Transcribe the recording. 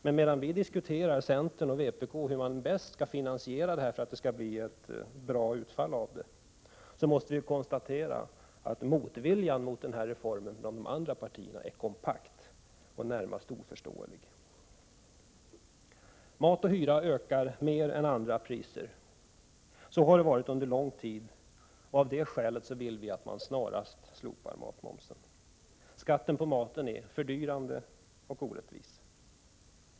Men medan centern och vpk diskuterar finansieringen av slopad matmoms för att utfallet skall bli bra, måste jag konstatera att motviljan mot reformen bland de andra partierna är kompakt och närmast oförståelig. Matpriser och hyror ökar mer än andra priser. Så har det varit under lång tid, och av det skälet vill vi att matmomsen snarast slopas. Skatten på maten är fördyrande och orättvis.